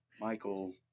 Michael